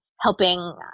helping